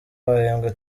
bahembwe